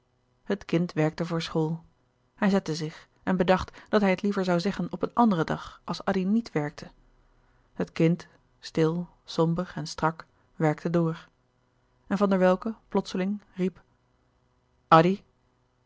het kind werkte voor school hij zette zich en bedacht dat hij het liever zoû zeggen op een anderen dag als addy niet werkte het kind stil somber en strak werkte door en van der welcke plotseling riep